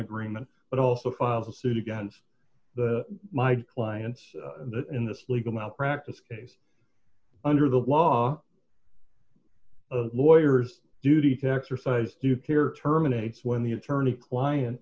agreement but also filed a suit against my clients that in this legal malpractise case under the law of lawyers duty to exercise due care terminates when the attorney client